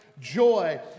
joy